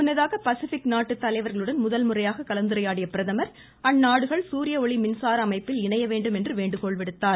முன்னதாக பசிபிக் நாட்டு தலைவர்களுடன் முதல்முறையாக கலந்தரையாடிய பிரதமர் அந்நாடுகள் சூரியஒளி மின்சார அமைப்பில் இணைய வேண்டும் என்று வேண்டுகோள் விடுத்தார்